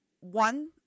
one